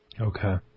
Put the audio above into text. Okay